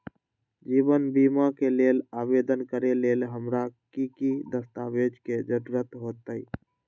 जीवन बीमा के लेल आवेदन करे लेल हमरा की की दस्तावेज के जरूरत होतई?